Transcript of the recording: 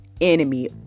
enemy